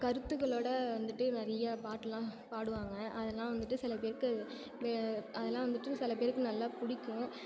கருத்துக்களோட வந்துட்டு நிறைய பாட்டுலாம் பாடுவாங்க அதெல்லாம் வந்துட்டு சிலப்பேருக்கு அதெல்லாம் வந்துட்டு சிலப்பேருக்கு நல்லா பிடிக்கும்